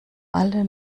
alle